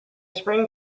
spring